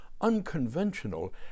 unconventional